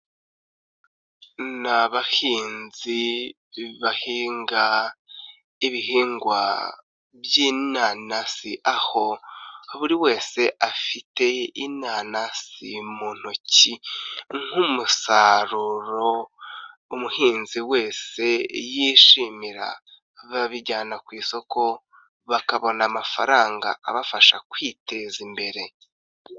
Ni abahinzi bahinga ibihingwa by'inanasi aho buri wese afite inanasi mu ntoki nk'umusaruro umuhinzi wese yishimira, babijyana ku isoko bakabona amafaranga abafasha kwiteza imbere.